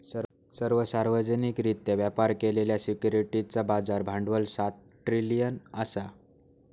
सर्व सार्वजनिकरित्या व्यापार केलेल्या सिक्युरिटीजचा बाजार भांडवल सात ट्रिलियन असा